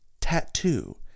tattoo